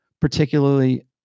particularly